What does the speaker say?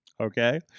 Okay